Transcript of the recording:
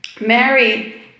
Mary